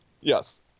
Yes